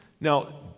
Now